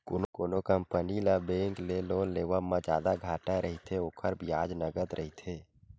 कोनो कंपनी ल बेंक ले लोन लेवब म जादा घाटा रहिथे, ओखर बियाज नँगत रहिथे